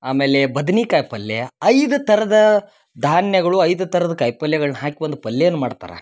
ಆಮೇಲೆ ಬದನಿಕಾಯಿ ಪಲ್ಯ ಐದು ಥರದ ಧಾನ್ಯಗಳು ಐದು ಥರದ್ ಕಾಯಿ ಪಲ್ಯಗಳ್ನ ಹಾಕಿ ಒಂದು ಪಲ್ಯನ ಮಾಡ್ತಾರೆ